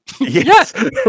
Yes